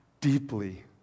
deeply